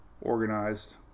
organized